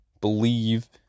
believe